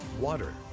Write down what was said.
water